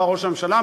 בא ראש הממשלה,